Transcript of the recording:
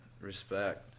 respect